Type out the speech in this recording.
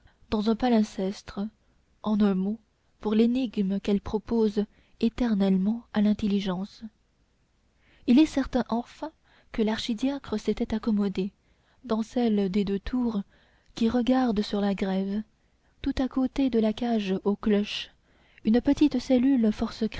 dans un palimpseste en un mot pour l'énigme qu'elle propose éternellement à l'intelligence il est certain enfin que l'archidiacre s'était accommodé dans celle des deux tours qui regarde sur la grève tout à côté de la cage aux cloches une petite cellule